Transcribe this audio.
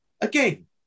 again